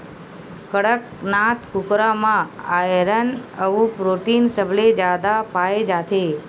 कड़कनाथ कुकरा म आयरन अउ प्रोटीन सबले जादा पाए जाथे